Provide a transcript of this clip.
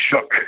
shook